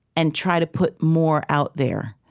and try to put more out there,